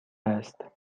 است